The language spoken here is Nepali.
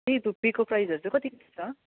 ए धुप्पीको प्राइसहरू चाहिँ कति कति छ